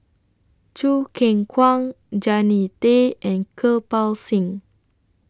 Choo Keng Kwang Jannie Tay and Kirpal Singh